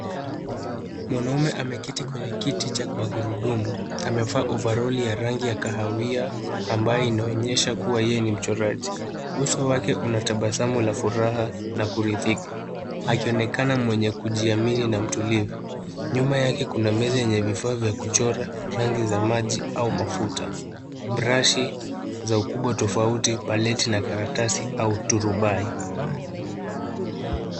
Mwanaume ameketi kwenye kiti cha magurudumu. Amevaa ovaroli ya rangi ya kahawia, ambayo inaonyesha kua yeye ni mchoraji. Uso wake una tabasamu la furaha na kuridhika, akionekana mwenye kujiamini na mtulivu. Nyuma yake kuna meza yenye vifaaa vya kuchora, rangi za maji au mafuta, brashi za ukubwa tofauti, paleti, na karatasi au turubai.